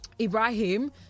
Ibrahim